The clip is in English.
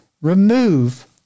remove